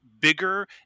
bigger